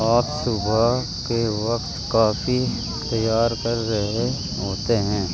آج صبح کے وقت کافی تیار کر رہے ہوتے ہیں